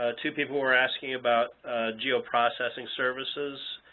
ah two people were asking about geoprocessing services.